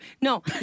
No